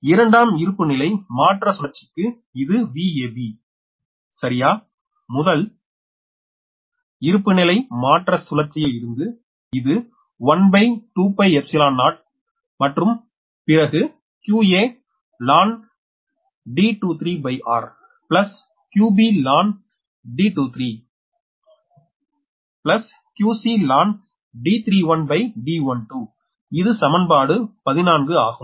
இரண்டாம் இருப்பிநிலை மாற்ற சுழற்சிக்கு இது Vab சரியா முதல் இருப்பிநிலை மாற்ற சுழற்சியில் இது 120மற்றும் பிறகு qaln D23rqbln rD23qcln D31D12இது சமன்பாடு 14 ஆகும்